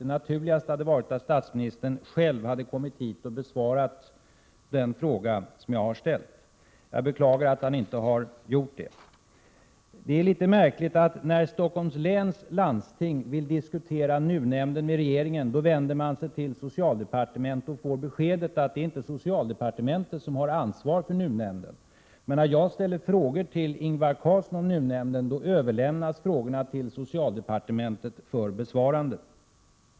Det naturligaste hade varit att statsministern själv hade kommit hit och besvarat den fråga som jag har ställt. Jag beklagar att han inte har gjort det. Det är även litet märkligt, att när Stockholms läns landsting vill diskutera NUU-nämnden med regeringen och vänder sig till socialdepartementet, får landstinget beskedet att det inte är socialdepartementet som har ansvaret för NUU-nämnden. Men när jag ställer frågor till Ingvar Carlsson om NUU nämnden överlämnas frågorna till socialdepartementet för besvarande.